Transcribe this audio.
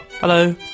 Hello